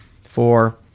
four